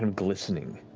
and glistening.